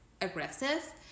aggressive